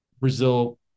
brazil